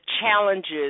challenges